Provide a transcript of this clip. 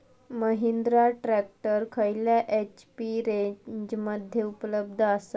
Mahindra tractor खयल्या HP रेंजमध्ये उपलब्ध आसा?